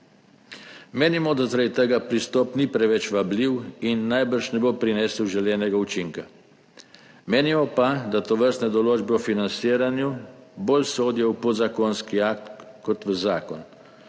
Menimo, da zaradi tega pristop ni preveč vabljiv in najbrž ne bo prinesel želenega učinka, menimo pa, da tovrstne določbe o financiranju bolj sodijo v podzakonski akt kot v zakon.